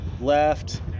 left